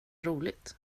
roligt